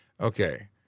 Okay